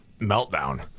meltdown